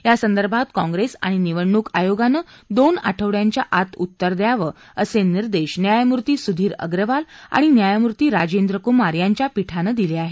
यासंदर्भात काँग्रेस आणि निवडणूक आयोगानं दोन आठवड्यांच्या आत उत्तर द्यावं असे निर्देश न्यायमूर्ती सुधीर अग्रवाल आणि न्यायमूर्ती राजेंद्र कुमार यांच्या पीठानं दिले आहेत